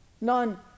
None